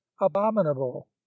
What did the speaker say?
abominable